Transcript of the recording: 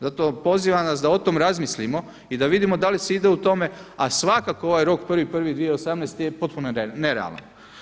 Zato pozivam vas da o tome razmislimo i da vidimo da li se ide u tome, a svakako ovaj rok 1.1.2018. je potpuno nerealan.